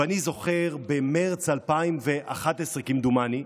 ואני זוכר שבמרץ 2011, כמדומני,